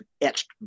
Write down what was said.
etched